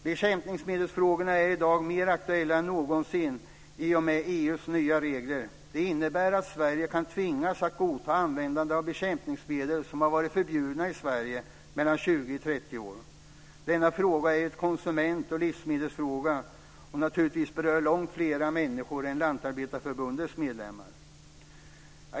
Bekämpningsmedelsfrågorna är i dag mer aktuella än någonsin i och med EU:s nya regler. De innebär att Sverige kan tvingas att godta användandet av bekämpningsmedel som har varit förbjudna i Sverige i mellan 20 och 30 år. Denna fråga är en konsumentoch livsmedelsfråga som naturligtvis berör långt fler människor än Lantarbetareförbundets medlemmar.